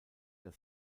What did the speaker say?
das